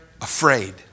afraid